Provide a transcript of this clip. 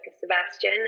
Sebastian